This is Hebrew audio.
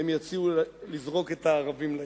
הם יציעו לזרוק את הערבים לים.